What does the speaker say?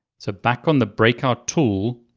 so back on the breakout tool,